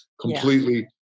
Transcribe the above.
completely